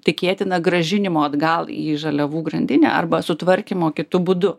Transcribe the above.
tikėtina grąžinimo atgal į žaliavų grandinę arba sutvarkymo kitu būdu